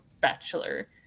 bachelor